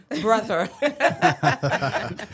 Brother